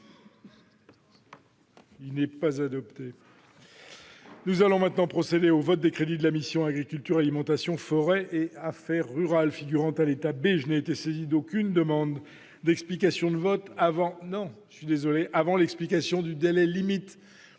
II-687 rectifié. Nous allons procéder au vote des crédits de la mission « Agriculture, alimentation, forêt et affaires rurales », figurant à l'état B. Je n'ai été saisi d'aucune demande d'explication de vote avant l'expiration du délai limite.